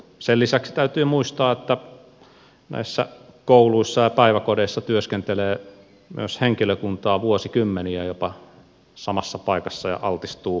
sen lisäksi täytyy muistaa että näissä kouluissa ja päiväkodeissa työskentelee myös henkilökuntaa vuosikymmeniä jopa samassa paikassa ja altistuu terveyshaitoille